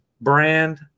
brand